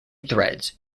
threads